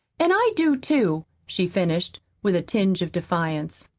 and i do, too, she finished, with a tinge of defiance.